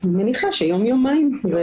אני מניחה שיום יומיים.